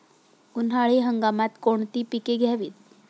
उन्हाळी हंगामात कोणती पिके घ्यावीत?